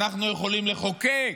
אנחנו יכולים לחוקק.